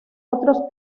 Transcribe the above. otros